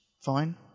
fine